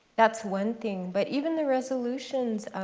that's one thing. but even the resolutions,